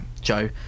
Joe